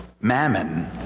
mammon